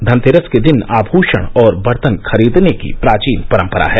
धनतेरस के दिन आमूषण और दर्तन खरीदने की प्राचीन परम्परा है